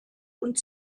und